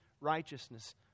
righteousness